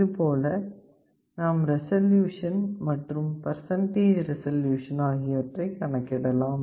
இதுபோல நாம் ரெசல்யூசன் மற்றும் பர்சன்டேஜ் ரெசல்யூசன் ஆகியவற்றை கணக்கிடலாம்